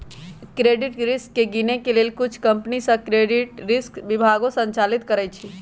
credit risk के गिनए के लेल कुछ कंपनि सऽ क्रेडिट रिस्क विभागो संचालित करइ छै